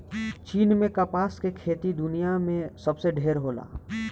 चीन में कपास के खेती दुनिया में सबसे ढेर होला